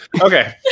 okay